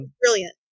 Brilliant